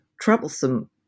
troublesome